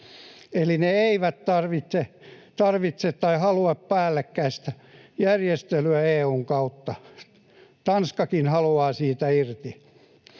eli ne eivät tarvitse tai halua päällekkäistä järjestelyä EU:n kautta. Tanskakin haluaa siitä irti.